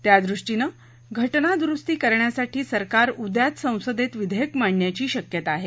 त्यादृष्टीनं घटनादुरुस्ती करण्यासाठी सरकार उद्याच संसदेत विधेयक मांडण्याची शक्यता आहे